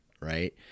right